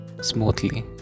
smoothly